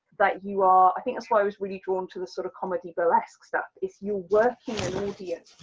that you are, i think that's why i was really drawn to the, sort of comedy burlesque stuff. it's you working immediate,